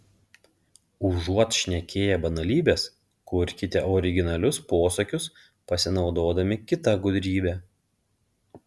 užuot šnekėję banalybes kurkite originalius posakius pasinaudodami kita gudrybe